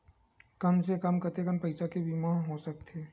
कम से कम कतेकन पईसा के बीमा हो सकथे?